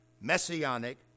messianic